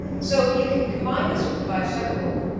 so you can combine this with the five second rule.